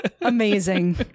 Amazing